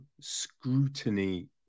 scrutiny